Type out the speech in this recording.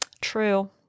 True